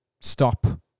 stop